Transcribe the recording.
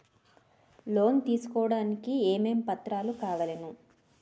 Loan తీసుకోడానికి ఏమేం పత్రాలు కావలెను?